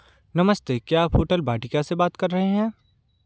नमस्ते क्या आप होटल वाटिका से बात कर रहे हैं